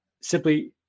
simply